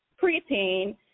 preteen